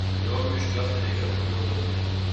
grioviui iškasti reikės daugiau talkininkų